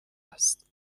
است